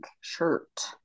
shirt